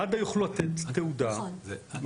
מד"א יוכלו לתת תעודה לפרמדיק,